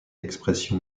expression